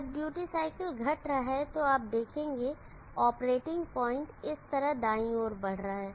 जब duty cycle घट रहा है तो आप देखेंगे कि ऑपरेटिंग पॉइंट इस तरह दाईं ओर बढ़ रहा है